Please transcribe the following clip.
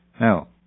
Now